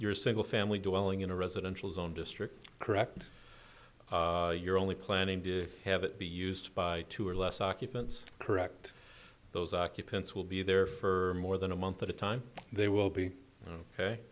your single family dwelling in a residential zone district correct and you're only planning to have it be used by two or less occupants correct those occupants will be there for more than a month at a time they will be ok